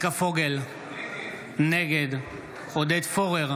צביקה פוגל, נגד עודד פורר,